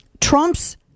Trump's